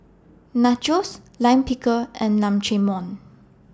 Nachos Lime Pickle and Naengmyeon